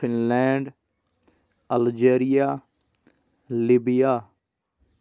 Finland Al Jazeera Libya